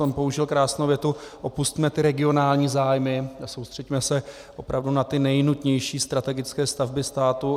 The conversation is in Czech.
Tam použil krásnou větu: opusťme ty regionální zájmy a soustřeďme se opravdu na ty nejnutnější strategické stavby státu.